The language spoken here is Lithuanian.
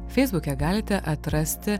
feisbuke galite atrasti